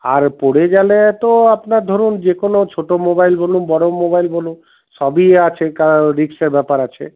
আর পড়ে গেলে তো আপনার ধরুন যে কোনো ছোটো মোবাইল বলুন বড়ো মোবাইল বলুন সবই আছে রিস্কের ব্যাপার আছে